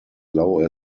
low